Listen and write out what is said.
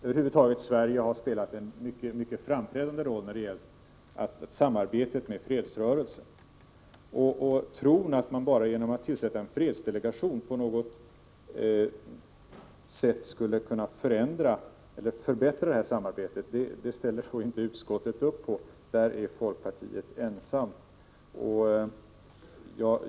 Över huvud taget har Sverige spelat en mycket framträdande roll när det gällt samarbetet med fredsrörelsen. Tron att man bara genom att tillsätta en fredsdelegation på något sätt skulle kunna förbättra det här samarbetet ställer inte utskottet upp på. Där är folkpartiet ensamt.